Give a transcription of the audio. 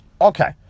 Okay